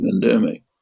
pandemic